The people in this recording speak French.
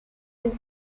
une